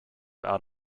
out